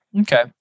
Okay